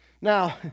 Now